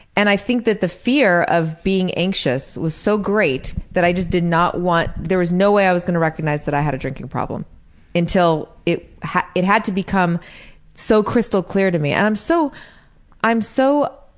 and i think that the fear of being anxious was so great that i just did not want. there was no way i was going to recognize that i had a drinking problem problem until it had it had to become so crystal clear to me. and so i'm so